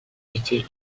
était